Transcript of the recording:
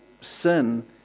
sin